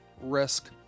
risk